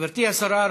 גברתי השרה,